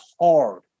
hard